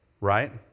Right